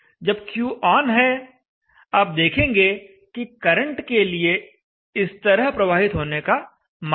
जब Q on है आप देखेंगे कि करंट के लिए इस तरह प्रवाहित होने का मार्ग है